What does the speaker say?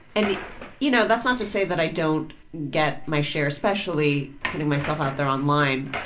and you know that's not to say that i don't get my share, especially putting myself out there on line,